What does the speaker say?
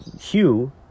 Hugh